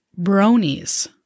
bronies